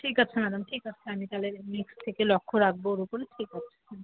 ঠিক আছে ম্যাডাম ঠিক আছে আমি তাহলে নেক্সট থেকে লক্ষ্য রাখবো ওর ওপরে ঠিক আছে হুম